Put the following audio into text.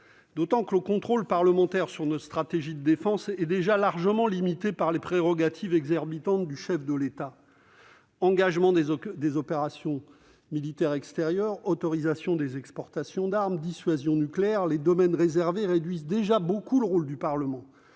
d'autant que le contrôle parlementaire sur notre stratégie de défense est déjà largement limité par les prérogatives exorbitantes du chef de l'État. Engagement des opérations militaires extérieures, autorisation des exportations d'armes, dissuasion nucléaire : les domaines réservés réduisent beaucoup le rôle du Parlement,